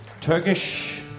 Turkish